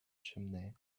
chimney